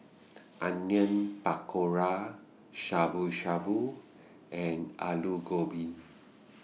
Onion Pakora Shabu Shabu and Alu Gobi